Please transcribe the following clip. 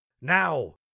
Now